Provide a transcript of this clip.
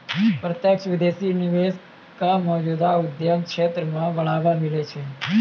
प्रत्यक्ष विदेशी निवेश क मौजूदा उद्यम क्षेत्र म बढ़ावा मिलै छै